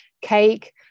cake